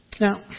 Now